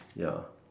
ya